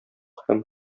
һәм